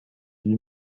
dit